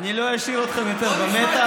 אני לא אשאיר אתכם יותר במתח.